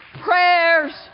Prayers